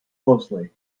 closely